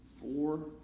four